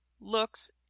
looks